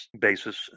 basis